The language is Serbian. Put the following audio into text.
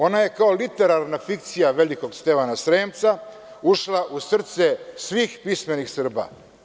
Ona je kao literarna fikcija velikog Stevana Sremca ušla u srce svih pismenih Srba.